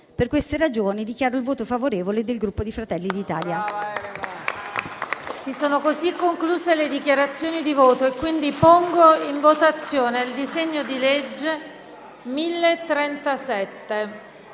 Per queste ragioni, dichiaro il voto favorevole del Gruppo Fratelli d'Italia.